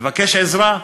לבקש עזרה,